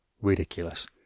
ridiculous